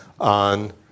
on